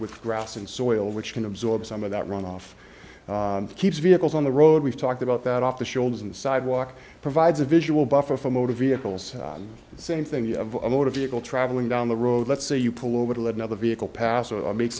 with grass and soil which can absorb some of that runoff keeps vehicles on the road we've talked about that off the shoulders and sidewalk provides a visual buffer for motor vehicles the same thing of a motor vehicle traveling down the road let's say you pull over to another vehicle pass or make